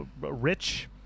rich